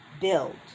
build